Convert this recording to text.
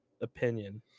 opinion